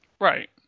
Right